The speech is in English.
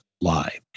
lie